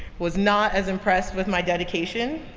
was not as impressed with my dedication,